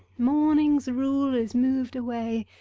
morning-'s rule is moved away.